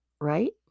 right